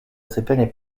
sypianie